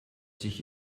sich